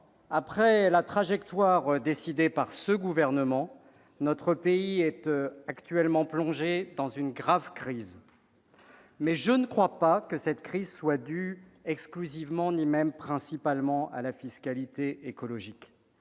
la trajectoire décidée par le Gouvernement plonge actuellement le pays dans une grave crise. Je ne crois pas que cette crise soit due exclusivement, ni même principalement, à la fiscalité écologique.